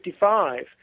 1955